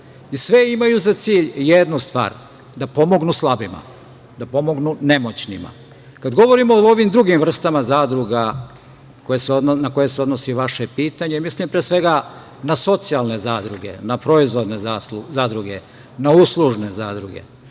i sve imaju za cilj jednu stvar - da pomognu slabima, da pomognu nemoćnima. Kada govorimo o ovim drugim vrstama zadruga, ne koje se odnosi vaše pitanje, mislim pre svega na socijalne zadruge, proizvodne, na uslužne.